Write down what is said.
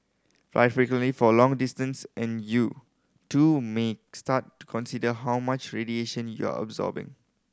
fly frequently for long distance and you too may start to consider how much radiation you're absorbing